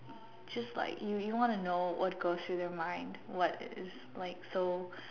just like you you want to know what goes through their mind what is like so